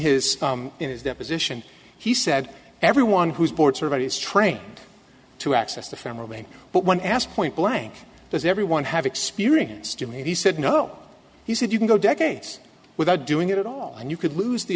his in his deposition he said everyone who's board survey is trained to access the family but when asked point blank does everyone have experience jim he said no he said you can go decades without doing it at all and you could lose the